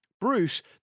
Bruce